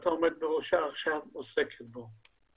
שאתה עומד בראשה, עוסקת בו.